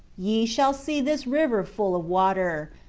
ye shall see this river full of water,